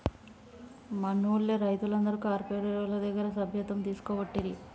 మనూళ్లె రైతులందరు కార్పోరేటోళ్ల దగ్గర సభ్యత్వం తీసుకోవట్టిరి